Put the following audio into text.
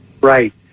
right